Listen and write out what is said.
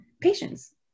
patients